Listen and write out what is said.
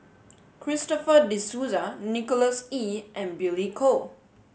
Christopher De Souza Nicholas Ee and Billy Koh